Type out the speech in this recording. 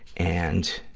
and,